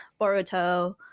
Boruto